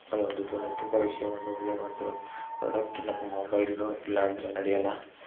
ಒಂದು ತುಂಬ ವಿಷಯ ಒಂದು ಒಳ್ಳೆಯ ಒಂದು ಪ್ರಾಡಕ್ಟ್ ನಮ್ಮ ಮೊಬೈಲು ಇಲ್ಲ ಅಂದರೆ ನಡೆಯೋಲ್ಲ